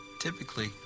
Typically